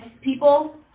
people